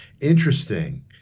Interesting